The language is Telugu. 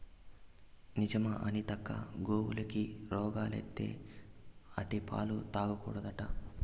నిజమా అనితక్కా, గోవులకి రోగాలత్తే ఆటి పాలు తాగకూడదట్నా